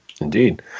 Indeed